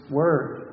word